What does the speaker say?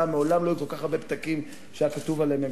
"ממשלה" מעולם לא היו כל כך הרבה פתקים שהיה כתוב עליהם "ממשלה".